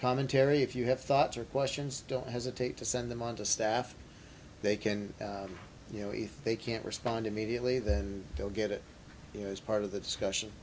commentary if you have thoughts or questions don't hesitate to send them on to staff they can you know if they can't respond immediately then they'll get it you know as part of the discussion